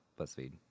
BuzzFeed